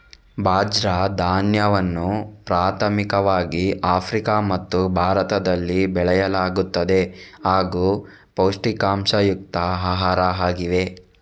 ಬಾಜ್ರ ಧಾನ್ಯವನ್ನು ಪ್ರಾಥಮಿಕವಾಗಿ ಆಫ್ರಿಕಾ ಮತ್ತು ಭಾರತದಲ್ಲಿ ಬೆಳೆಯಲಾಗುತ್ತದೆ ಹಾಗೂ ಪೌಷ್ಟಿಕಾಂಶಯುಕ್ತ ಆಹಾರ ಆಗಿವೆ